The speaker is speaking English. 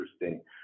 interesting